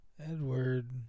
Edward